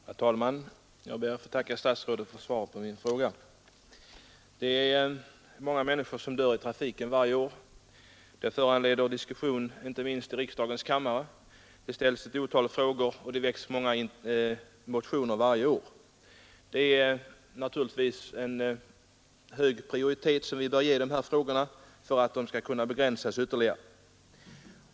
Herr talman! Jag ber att få tacka statsrådet för svaret på min fråga. Många människor dör i trafiken varje år, och det föranleder diskussion inte minst i riksdagens kammare. Det ställs ett otal frågor och det väcks många motioner varje år. Vi bör naturligtvis ge de här frågorna en hög prioritet för att olyckorna i trafiken skall kunna begränsas ytterligare.